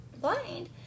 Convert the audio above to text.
blind